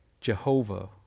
Jehovah